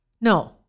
No